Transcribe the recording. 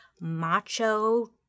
macho